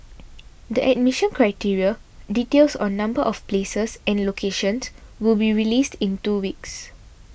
the admission criteria details on number of places and locations will be released in two weeks